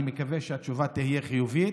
אני מקווה שהתשובה תהיה חיובית.